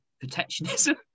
protectionism